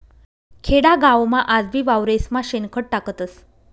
खेडागावमा आजबी वावरेस्मा शेणखत टाकतस